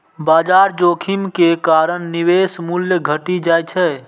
बाजार जोखिम के कारण निवेशक मूल्य घटि जाइ छै